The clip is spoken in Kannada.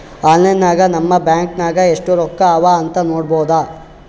ಆನ್ಲೈನ್ ನಾಗ್ ನಮ್ ಬ್ಯಾಂಕ್ ನಾಗ್ ಎಸ್ಟ್ ರೊಕ್ಕಾ ಅವಾ ಅಂತ್ ನೋಡ್ಬೋದ